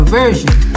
version